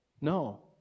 No